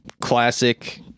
classic